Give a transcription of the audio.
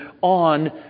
on